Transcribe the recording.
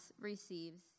receives